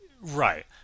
right